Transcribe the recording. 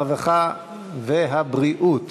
הרווחה והבריאות